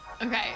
Okay